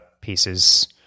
pieces